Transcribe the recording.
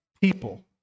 people